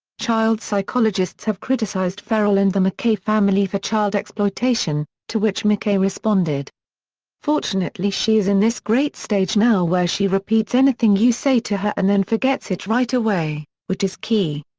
child psychologists have criticized ferrell and the mckay family for child exploitation, to which mckay responded fortunately she is in this great stage now where she repeats anything you say to her and then forgets it right away, which is key.